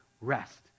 rest